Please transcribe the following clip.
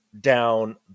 down